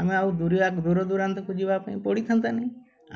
ଆମେ ଆଉ ଦୂରିଆ ଦୂର ଦୁରାନ୍ତକୁ ଯିବା ପାଇଁ ପଡ଼ିଥାନ୍ତା ନାହିଁ